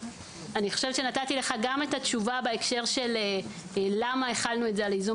אני חושבת שנתתי לך גם את התשובה בהקשר של למה החלנו את זה על ייזום